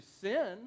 sin